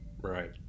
Right